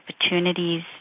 opportunities